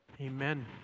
Amen